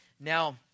Now